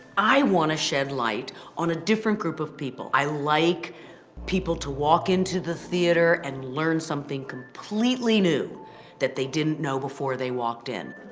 i want to shed light on a different group of people. i like people to walk into the theater and learn something completely new that they didn't know before they walked in.